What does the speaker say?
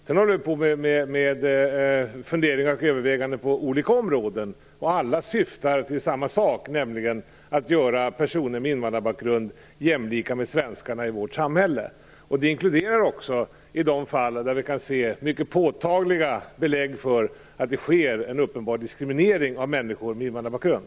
Sedan har vi funderingar och gör överväganden på olika områden, och alla syftar till samma sak, nämligen att göra personer med invandrarbakgrund jämlika med svenskarna i vårt samhälle. Det inkluderar också de fall där vi kan se mycket påtagliga belägg för att det sker en uppenbar diskriminering av människor med invandrarbakgrund.